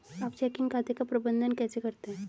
आप चेकिंग खाते का प्रबंधन कैसे करते हैं?